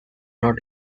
not